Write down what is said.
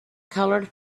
colored